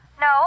No